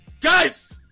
Guys